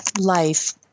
life